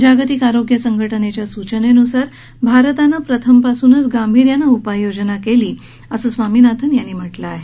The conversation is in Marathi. जागतिक आरोग्य संघटनेच्या सूचनेन्सार भारतानं पहिल्यापासूनच गांभीर्यानं उपयोजना केली आहे असं स्वामिनाथन यांनी म्हटलं आहे